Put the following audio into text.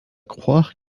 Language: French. croire